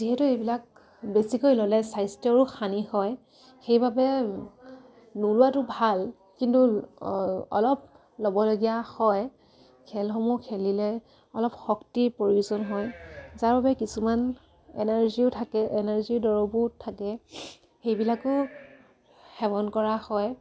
যিহেতু এইবিলাক বেছিকৈ ল'লে স্বাস্থ্যৰো হানি হয় সেইবাবে নোলোৱাটো ভাল কিন্তু অলপ ল'বলগীয়া হয় খেলসমূহ খেলিলে অলপ শক্তিৰ প্ৰয়োজন হয় যাৰ বাবে কিছুমান এনাৰ্জিও থাকে এনাৰ্জিৰ দৰবো থাকে সেইবিলাকো সেৱন কৰা হয়